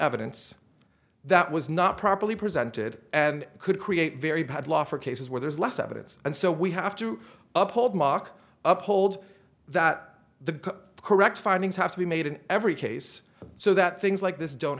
evidence that was not properly presented and could create very bad law for cases where there's less evidence and so we have to up hold mock up hold that correct findings have to be made in every case so that things like this don't